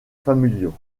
familiaux